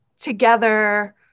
together